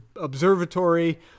observatory